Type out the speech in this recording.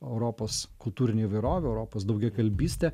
europos kultūrinę įvairovę europos daugiakalbystę